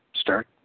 Start